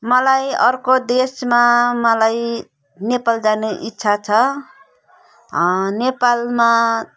मलाई अर्को देशमा मलाई नेपाल जाने इच्छा छ नेपालमा